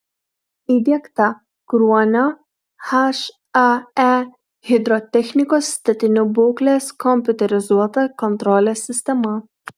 įdiegta kruonio hae hidrotechnikos statinių būklės kompiuterizuota kontrolės sistema